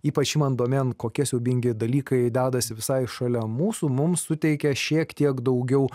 ypač imant domėn kokie siaubingi dalykai dedasi visai šalia mūsų mums suteikė šiek tiek daugiau